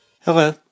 Hello